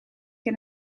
get